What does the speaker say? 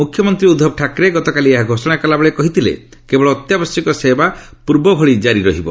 ମୁଖ୍ୟମନ୍ତ୍ରୀ ଉଦ୍ଧବ ଠାକରେ ଗତକାଲି ଏହା ଘୋଷଣା କଲାବେଳେ କହିଥିଲେ କେବଳ ଅତ୍ୟାବଶ୍ୟକ ସେବା ପୂର୍ବ ଭଳି ଜାରି ରହିବ